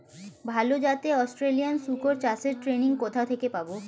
ভালো জাতে অস্ট্রেলিয়ান শুকর চাষের ট্রেনিং কোথা থেকে পাব?